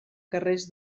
carrers